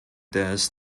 des